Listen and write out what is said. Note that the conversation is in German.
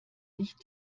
nicht